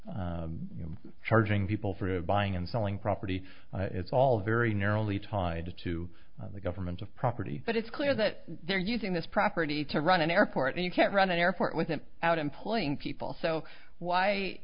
you charging people free of buying and selling property it's all very narrowly tied to the government of property but it's clear that they're using this property to run an airport and you can't run an airport with an out employing people so why